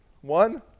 One